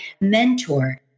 mentor